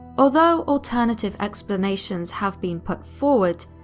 although alternative explanations have been put forward,